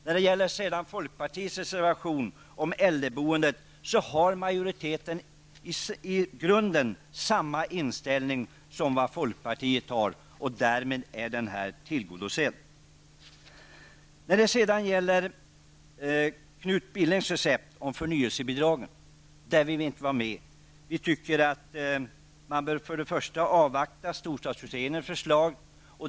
När det gäller folkpartiets reservation om äldreboendet har majoriteten i grunden samma inställning som folkpartiet, och därmed är denna tillgodosett. Vi vill inte vara med på Knut Billings recept om förnyelsebidragen. Vi tycker att man först bör avvakta storstadsutredningens förslag.